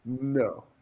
No